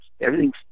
everything's